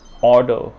Order